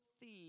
theme